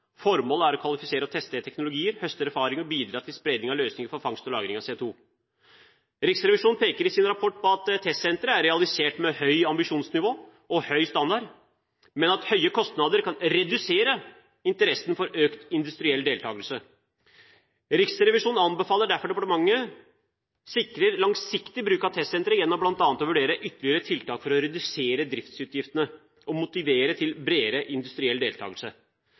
Formålet er å kvalifisere og teste teknologier, høste erfaringer og bidra til spredning av løsninger for fangst og lagring av CO2. Riksrevisjonen peker i sin rapport på at testsenteret er realisert med høyt ambisjonsnivå og høy standard, men at høye kostnader kan redusere interessen for økt industriell deltakelse. Riksrevisjonen anbefaler derfor departementet å sikre langsiktig bruk av testsenteret gjennom bl.a. å vurdere ytterligere tiltak for å redusere driftsutgiftene og motivere til bredere industriell deltakelse.